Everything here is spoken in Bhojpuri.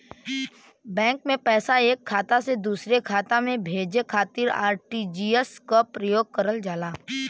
बैंक में पैसा एक खाता से दूसरे खाता में भेजे खातिर आर.टी.जी.एस क प्रयोग करल जाला